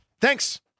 thanks